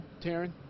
TARYN